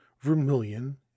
vermilion